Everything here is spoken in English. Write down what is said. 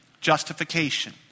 Justification